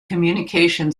communication